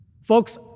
Folks